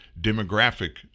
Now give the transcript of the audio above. demographic